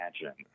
imagine